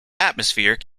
atmosphere